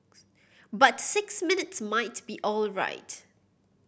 but six minutes might be alright